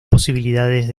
posibilidades